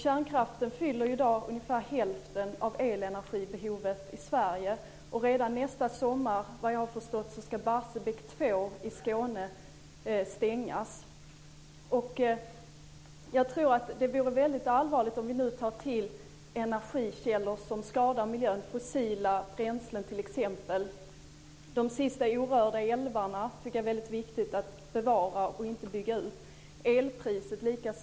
Kärnkraften tillgodoser i dag ungefär hälften av elenergibehovet i Sverige. Redan nästa sommar ska såvitt jag förstått Barsebäck Det vore väldigt allvarligt om vi nu skulle ta till energikällor som skadar miljön, t.ex. fossila bränslen. Jag tycker också att det är väldigt viktigt att bevara de sista orörda älvarna outbyggda.